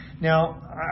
Now